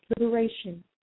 liberation